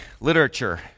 literature